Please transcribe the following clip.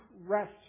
rest